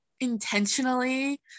intentionally